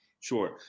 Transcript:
Sure